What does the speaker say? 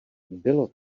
bylo